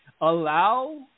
Allow